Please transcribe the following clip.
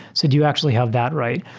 so do you actually have that right?